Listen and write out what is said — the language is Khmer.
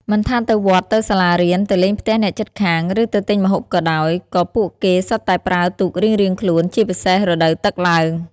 មិនថាទៅវត្ត ទៅសាលារៀន ទៅលេងផ្ទះអ្នកជិតខាង ឬទៅទិញម្ហូបក៏ដោយ ក៏ពួកគេសុទ្ធតែប្រើទូករៀងៗខ្លួន ជាពិសេសរដូវទឹកឡើង។